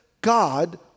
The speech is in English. God